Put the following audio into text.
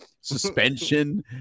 suspension